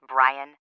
Brian